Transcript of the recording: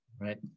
Right